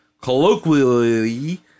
colloquially